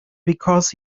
because